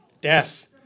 Death